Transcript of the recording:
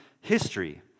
history